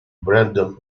brendan